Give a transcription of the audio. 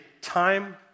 time